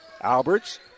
Alberts